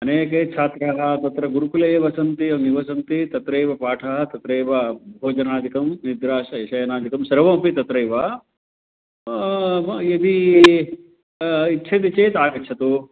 अनेके छात्राः तत्र गुरुकुले एव सन्ति निवसन्ति तत्रैव पाठः तत्रैव भोजनादिकं निद्रा ये शयनादिकं सर्वमपि तत्रैव नाम यदि इच्छति चेत् आगच्छतु